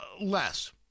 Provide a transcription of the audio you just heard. less